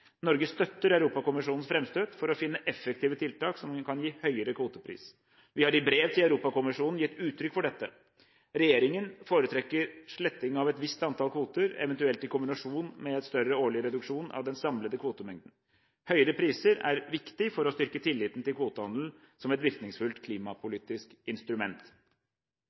Norge støtter Europakommisjonens framstøt for å finne effektive tiltak som kan gi høyere kvotepris. Vi har i brev til Europakommisjonen gitt uttrykk for dette. Regjeringen foretrekker sletting av et visst antall kvoter, eventuelt i kombinasjon med en større årlig reduksjon av den samlete kvotemengden. Høyere priser er viktig for å styrke tilliten til kvotehandel som et virkningsfullt klimapolitisk instrument.